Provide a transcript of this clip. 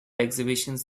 exhibitions